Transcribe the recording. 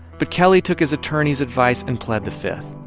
but kelley took his attorney's advice and plead the fifth.